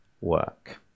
work